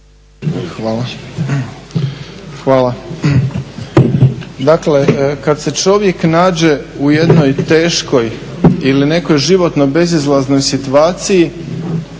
Hvala. Dakle, kada se čovjek nađe u jednoj teškoj ili nekoj životnoj bezizlaznoj situaciji